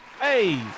Hey